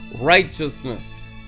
righteousness